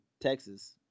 Texas